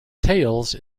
tails